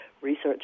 research